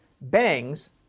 Bangs